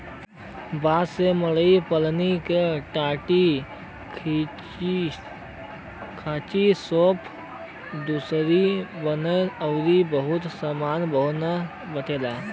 बांस से मड़ई पलानी के टाटीखांचीसूप दउरी बेना अउरी बहुते सामान बनत बाटे